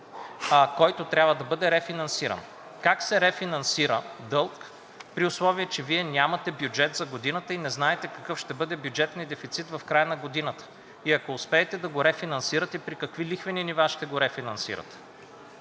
който трябва да бъде рефинансиран. Как се рефинансира дълг, при условие че Вие нямате бюджет за годината и не знаете какъв ще бъде бюджетният дефицит в края на годината, и ако успеете да го рефинансирате, при какви лихвени нива ще го рефинансирате,